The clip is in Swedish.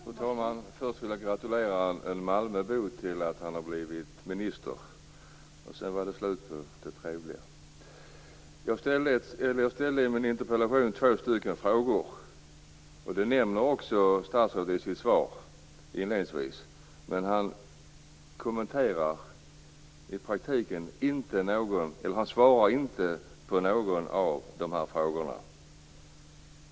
Fru talman! Först vill jag gratulera en malmöbo till att ha blivit minister. Sedan var det slut med det trevliga. Jag ställde två frågor i min interpellation, vilket också statsrådet inledningsvis nämner i sitt svar. Men han svarar inte på någon av dessa frågor.